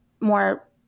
more